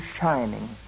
shining